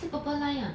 是 purple line ah